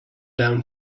down